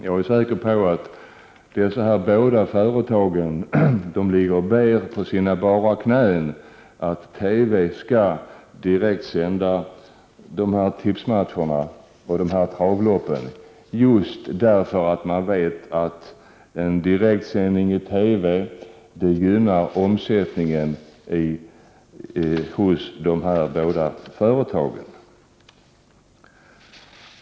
Jag är säker på att man inom dessa båda företag ligger och ber på sina bara knän att TV skall direktsända tipsmatcherna och travloppen, eftersom man vet att en direktsändning i TV gynnar omsättningen i de båda företagen.